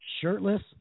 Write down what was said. shirtless